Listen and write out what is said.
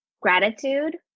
gratitude